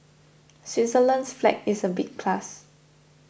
Switzerland's flag is a big plus